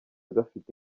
gafite